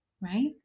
right